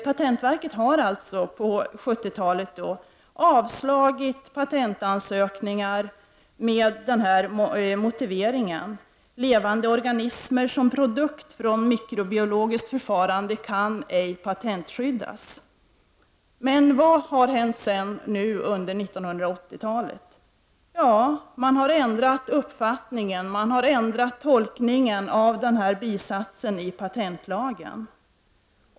Patentverket har under 70 talet avslagit patentansökningar med motiveringen: ”Levande organismer som produkt från mikrobiologiskt förfarande kan ej patentskyddas.” Men vad har hänt under 80-talet? Jo, man har ändrat uppfattning och tolkning av bisatsen i patentlagen.